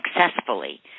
successfully